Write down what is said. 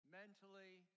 mentally